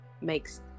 makes